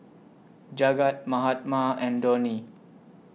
Jagat Mahatma and Dhoni